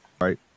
Right